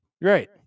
right